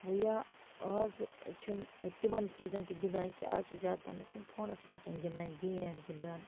وۄنۍ یا آزٕ چھِ نہٕ تِمَن چیٖزَن تہِ گِنٛدان کینٛہہ آز چھِ زیاد پَہنَس یِم پھونَس سۭتۍ آسان گِندان گیم گِنٛدان